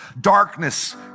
Darkness